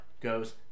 goes